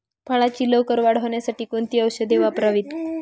फळाची लवकर वाढ होण्यासाठी कोणती औषधे वापरावीत?